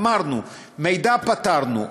אמרנו: מידע פתרנו,